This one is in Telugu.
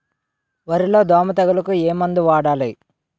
వరిలో దోమ తెగులుకు ఏమందు వాడాలి?